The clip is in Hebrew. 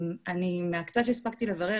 ממה שהספקתי לברר,